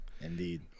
indeed